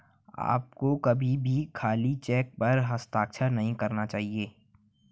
आपको कभी भी खाली चेक पर हस्ताक्षर नहीं करना चाहिए